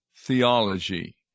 theology